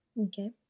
Okay